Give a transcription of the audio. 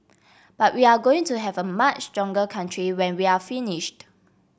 but we're going to have a much stronger country when we're finished